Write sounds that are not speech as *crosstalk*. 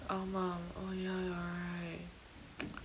ஆமாம்:aamam oh ya you're right *noise*